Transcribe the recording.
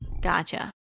Gotcha